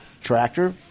tractor